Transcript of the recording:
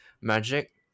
magic